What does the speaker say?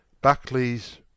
Buckley's